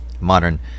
modern